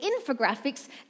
infographics